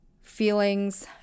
feelings